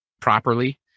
properly